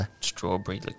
strawberry